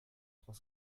trois